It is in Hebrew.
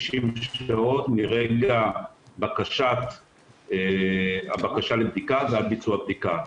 60 שעות מרגע הבקשה לבדיקה ועד ביצוע הבדיקה,